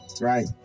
right